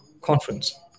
Conference